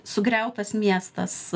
sugriautas miestas